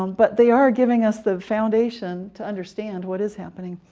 um but they are giving us the foundation to understand what is happening.